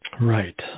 Right